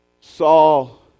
Saul